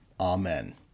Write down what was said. Amen